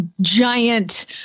giant